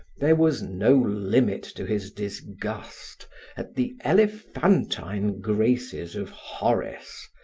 there was no limit to his disgust at the elephantine graces of horace,